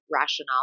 rationale